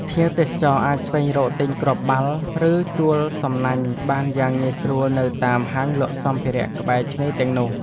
ភ្ញៀវទេសចរអាចស្វែងរកទិញគ្រាប់បាល់ ឬជួលសំណាញ់បានយ៉ាងងាយស្រួលនៅតាមហាងលក់សម្ភារៈក្បែរឆ្នេរទាំងនោះ។